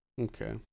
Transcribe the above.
Okay